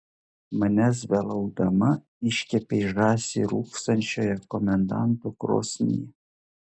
manęs belaukdama iškepei žąsį rūkstančioje komendanto krosnyje